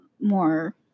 more